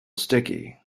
sticky